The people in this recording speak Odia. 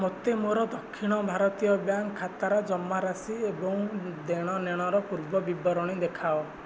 ମୋତେ ମୋର ଦକ୍ଷିଣ ଭାରତୀୟ ବ୍ୟାଙ୍କ୍ ଖାତାର ଜମାରାଶି ଏବଂ ଦେଣନେଣର ପୂର୍ବବିବରଣୀ ଦେଖାଅ